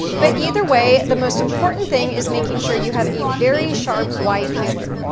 but either way the most important thing is making sure you have a very sharp y peeler.